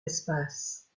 l’espace